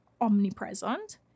omnipresent